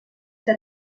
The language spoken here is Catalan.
que